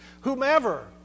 whomever